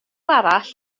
arall